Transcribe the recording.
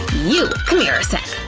you! c'mere a sec!